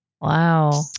Wow